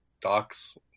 docs